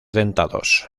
dentados